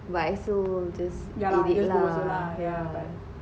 but I also just leave it lah yeah